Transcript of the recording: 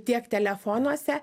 tiek telefonuose